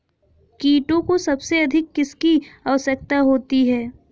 कीटों को सबसे अधिक किसकी आवश्यकता होती है?